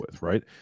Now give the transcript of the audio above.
right